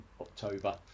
October